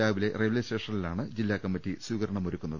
രാവിലെ റെയിൽവെ സ്റ്റേഷനിലാണ് ജില്ലാ കമ്മിറ്റി സ്വീകരണമൊരുക്കുന്നത്